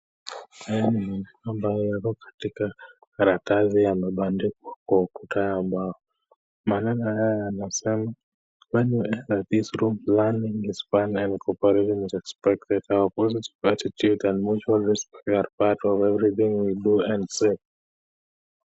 Haya ni mambo ambayo yako katika karatasi yamebandikwa kwa ukuta ya mbao. Maneno hayo yanasema When you enter in this room learning is fun and cooperation is expected. A positive attitude and mutual respect are part of everything we do and say.